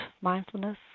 mindfulness